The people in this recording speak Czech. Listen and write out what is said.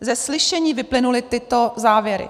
Ze slyšení vyplynuly tyto závěry: